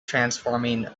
transforming